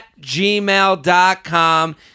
gmail.com